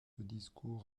discours